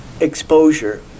exposure